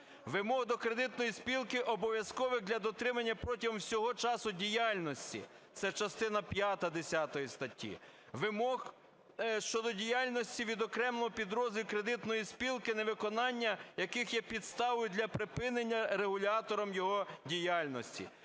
Вимог до кредитної спілки, обов'язкових для дотримання протягом усього часу діяльності (це частина п'ята десятої статті). Вимог щодо діяльності відокремленого підрозділу кредитної спілки, невиконання яких є підставою для припинення регулятором його діяльності.